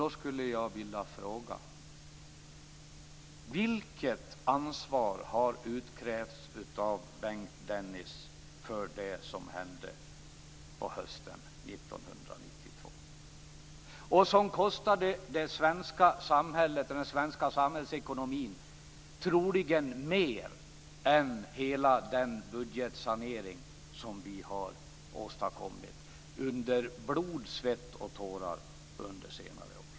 Jag skulle vilja fråga vilket ansvar som har utkrävts av Bengt Dennis för det som hände på hösten 1992, som troligen kostade det svenska samhället och den svenska samhällsekonomin mer än hela den budgetsanering som vi har åstadkommit med blod, svett och tårar under senare år.